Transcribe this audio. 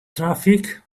traffic